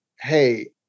hey